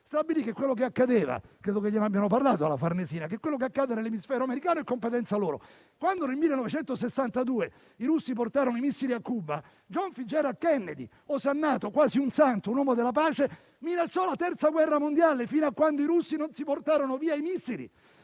già Segretario di Stato - credo che gliene abbiano parlato alla Farnesina - stabilì che quello che accadeva nell'emisfero americano era competenza loro. Quando nel 1962 i russi portarono i missili a Cuba, John Fitzgerald Kennedy - osannato quasi come un santo, un uomo della pace - minacciò la Terza guerra mondiale, fino a quando i russi non si portarono via i missili.